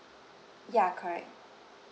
ya correct